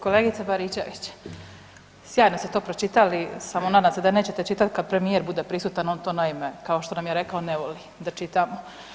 Kolegice Baričević, sjajno ste to pročitali, samo nadam se da nećete čitati kad premijer bude prisutan on to naime kao što nam je rekao ne voli da čitamo.